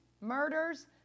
murders